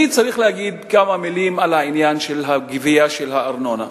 אני צריך להגיד כמה מלים על עניין הגבייה של הארנונה.